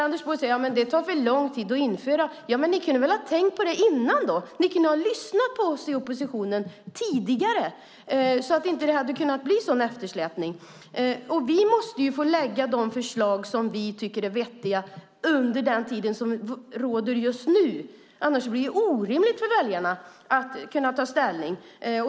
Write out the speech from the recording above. Anders Borg säger att det tar för lång tid att införa. Men ni hade kunnat tänka på det innan och lyssnat på oss i oppositionen tidigare så att det inte hade blivit en sådan eftersläpning. Vi måste kunna lägga fram de förslag som vi tycker är vettiga under den tid som råder just nu. Annars blir det orimligt för väljarna att kunna ta ställning.